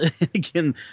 again